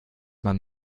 man